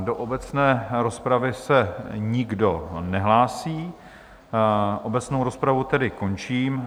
Do obecné rozpravy se nikdo nehlásí, obecnou rozpravu tedy končím.